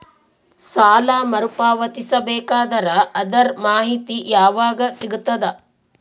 ಸಾಲ ಮರು ಪಾವತಿಸಬೇಕಾದರ ಅದರ್ ಮಾಹಿತಿ ಯವಾಗ ಸಿಗತದ?